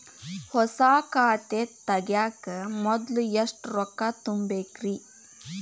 ಹೊಸಾ ಖಾತೆ ತಗ್ಯಾಕ ಮೊದ್ಲ ಎಷ್ಟ ರೊಕ್ಕಾ ತುಂಬೇಕ್ರಿ?